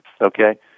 okay